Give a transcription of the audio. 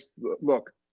look